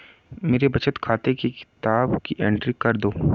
मेरे बचत खाते की किताब की एंट्री कर दो?